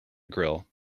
grill